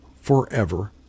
forever